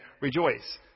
Rejoice